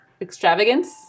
extravagance